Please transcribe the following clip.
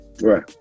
Right